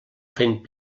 fent